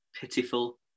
pitiful